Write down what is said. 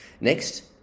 Next